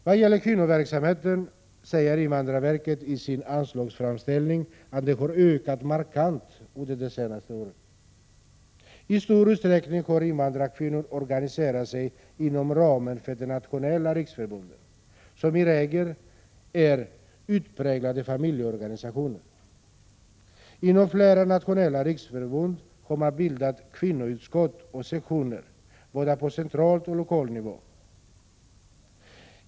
Vad gäller kvinnoverksamheten säger invandrarverket i sin anslagsframställning att den har ökat markant under de senaste åren. I stor utsträckning har invandrarkvinnor organiserat sig inom ramen för de nationella riksförbunden, som i regel är utpräglade familjeorganisationer. Inom flera nationella riksförbund har man bildat kvinnoutskott och sektioner på både central och lokal nivå.